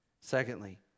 Secondly